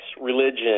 religion